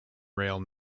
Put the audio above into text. rail